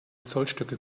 zollstöcke